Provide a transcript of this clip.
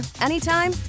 anytime